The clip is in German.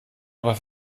aber